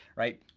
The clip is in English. right?